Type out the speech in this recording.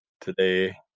today